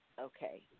okay